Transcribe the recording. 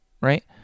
Right